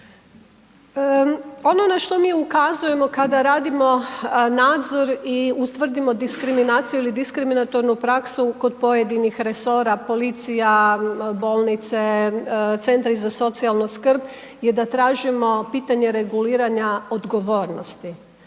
Ono na što mi ukazujemo kada radimo nadzor i ustvrdimo diskriminaciju ili diskriminatornu praksu kod pojedinih resora policija, bolnice, centri za socijalnu skrb, je da tražimo pitanje reguliranja odgovornosti.